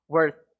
worth